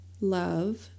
love